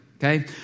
okay